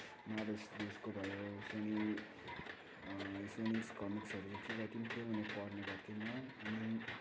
Marvels भयो Sony सोनिस कमिक्सहरू जति पनि थियो उनीहरू पढ्ने गर्थेँ म अनि